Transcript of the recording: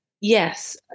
Yes